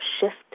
shift